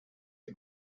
are